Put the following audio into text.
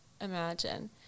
imagine